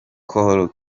col